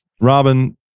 Robin